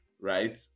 right